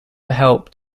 helped